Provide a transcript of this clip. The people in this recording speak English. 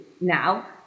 now